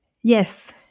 yes